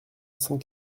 cent